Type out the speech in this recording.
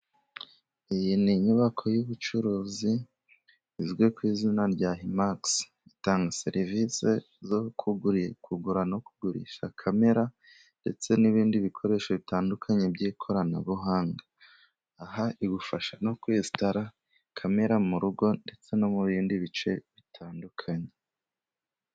Iyi ni inyubako y'ubucuruzi izwi ku izina rya himagisi . Itanga serivisi zo kugura no kugurisha kamera ndetse n'ibindi bikoresho bitandukanye by'ikoranabuhanga. Aha igufasha no kwesitara kamera mu rugo ndetse no mu bindi bice bitandukanye.